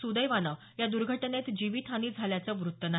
सुदैवानं या दुर्घटनेत जीवित हानी झाल्याचं वृत्त नाही